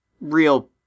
real